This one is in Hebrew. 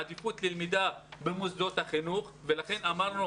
עדיפות ללמידה במוסדות החינוך ולכן אמרנו